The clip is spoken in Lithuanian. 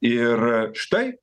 ir štai